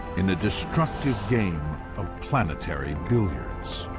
in a destructive game ah planetary billiards,